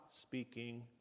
speaking